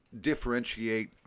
differentiate